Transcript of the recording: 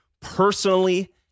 personally